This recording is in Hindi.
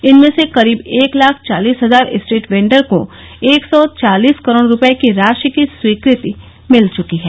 इनमें से करीब एक लाख चालीस हजार स्ट्रीट वेंडर को एक सौ चालीस करोड़ रुपए की राशि की स्वीकृति मिल चुकी है